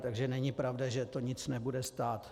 Takže není pravda, že je to nic nebude stát.